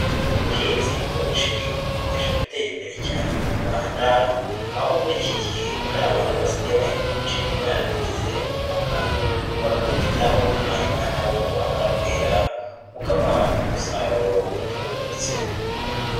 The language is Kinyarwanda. Ubuhinzi bw'umuceri bukomeje gutera imbere cyane mu Rwanda, aho muri iki gihe hari abantu basigaye bahinga umuceri barabigize umwuga, bakawitaho hanyuma nawo wamara kwera ukabaha umusaruro utubutse.